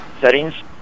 settings